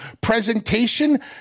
Presentation